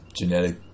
genetic